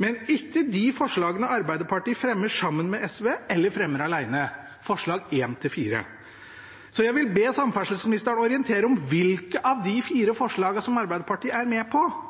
men ikke de forslagene Arbeiderpartiet fremmer sammen med SV eller fremmer alene, forslagene nr. 1–4. Jeg vil be samferdselsministeren orientere om hvilke – hvis noen av dem skulle bli vedtatt – av de fire forslagene som Arbeiderpartiet er med på,